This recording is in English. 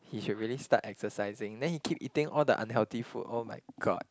he should really start exercising then he keep eating all the unhealthy food oh-my-god